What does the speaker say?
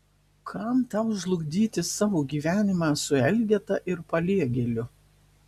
kam tau žlugdyti savo gyvenimą su elgeta ir paliegėliu